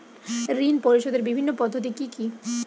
ঋণ পরিশোধের বিভিন্ন পদ্ধতি কি কি?